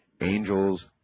angels